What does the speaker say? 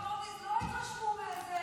אנשי המקצוע במודי'ס לא התרשמו מאיזה